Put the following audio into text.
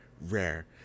rare